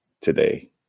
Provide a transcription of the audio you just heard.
today